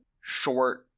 short